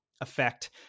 effect